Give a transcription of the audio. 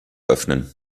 öffnen